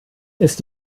ist